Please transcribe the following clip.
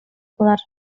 болар